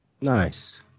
Nice